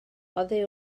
oddi